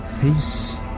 Peace